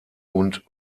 und